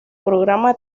programa